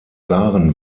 waren